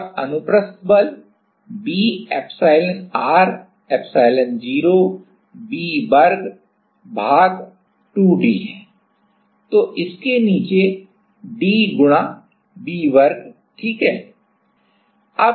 और अनुप्रस्थ बल b epsilonr epsilon0 Vवर्ग भाग 2 d है तो इसके नीचे d गुणा V वर्ग ठीक है